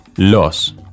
Los